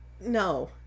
No